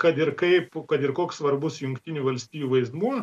kad ir kaip kad ir koks svarbus jungtinių valstijų vaidmuo